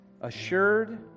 assured